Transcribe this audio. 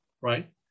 right